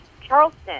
Charleston